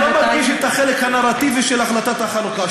אני לא מדגיש את החלק הנרטיבי של החלטת החלוקה,